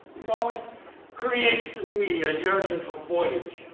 it always creates in me a yearning for voyage.